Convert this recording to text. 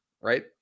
right